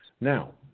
Now